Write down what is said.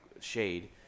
shade